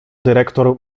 dyrektor